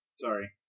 Sorry